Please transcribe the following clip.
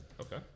Okay